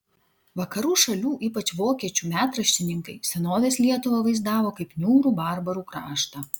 vakarų šalių ypač vokiečių metraštininkai senovės lietuvą vaizdavo kaip niūrų barbarų kraštą